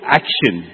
action